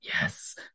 Yes